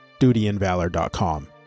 dutyandvalor.com